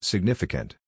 Significant